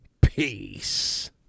Peace